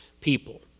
people